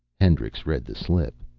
hendricks read the slip.